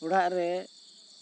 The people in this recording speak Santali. ᱚᱲᱟᱜ ᱨᱮ